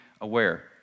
aware